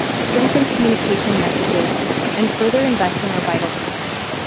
strengthen communication messages and further invest in our vital partners.